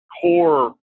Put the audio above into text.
core